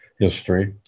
history